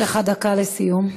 יש לך דקה לסיום.